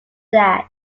that